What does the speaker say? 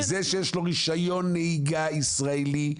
זה שיש לו רישיון נהיגה לישראלי,